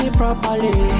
properly